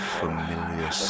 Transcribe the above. familiar